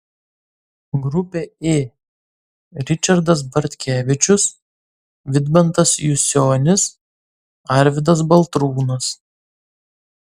grupė ė ričardas bartkevičius vidmantas jusionis arvydas baltrūnas